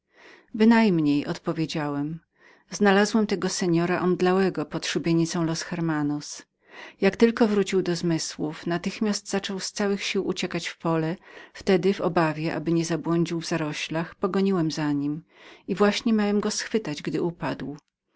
bynajmniej odpowiedziałem znalazłem tego jegomości zemdlałego pod szubienicą los hermanos jak tylko wrócił do zmysłów natychmiast zaczął z całych sił uciekać w pole wtedy w obawie aby nie zabłądził w zaroślach pogoniłem za nim i właśnie miałem go schwytać gdy upadł